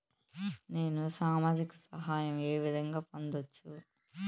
నేను సామాజిక సహాయం వే విధంగా పొందొచ్చు?